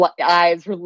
eyes